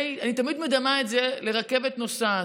אני תמיד מדמה את זה לרכבת נוסעת.